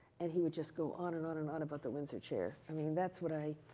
and he would just go on and on and on about the windsor chair. i mean, that's what i,